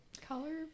color